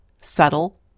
Subtle